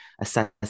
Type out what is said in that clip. assess